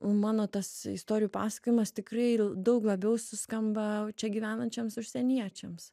mano tas istorijų pasakojimas tikrai daug labiau suskamba čia gyvenančioms užsieniečiams